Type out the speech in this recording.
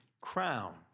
crown